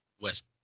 West